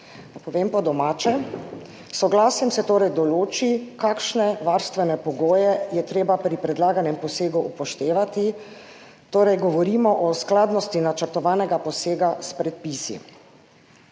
povem po domače, s soglasjem se torej določi, kakšne varstvene pogoje je treba pri predlaganem posegu upoštevati, torej govorimo o skladnosti načrtovanega posega s predpisi.